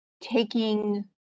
Taking